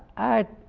i